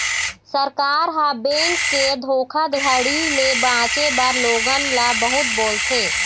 सरकार ह, बेंक के धोखाघड़ी ले बाचे बर लोगन ल बहुत बोलथे